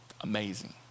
amazing